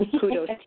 kudos